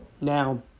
now